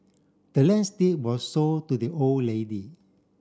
the land's deed was sold to the old lady